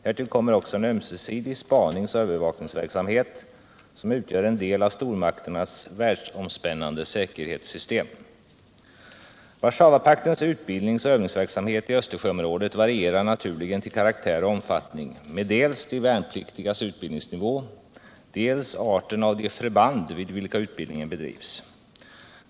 Härtill kommer också en ömsesidig spaningsoch övervakningsverksamhet, som utgör en del av stormakternas världsomspännande säkerhetssystem. Warszawapaktens utbildningsoch övningsverksamhet i Östersjöområdet varierar naturligen till karaktär och omfattning med dels de värnpliktigas utbildningsnivå, dels arten av de förband vid vilka utbildningen bedrivs.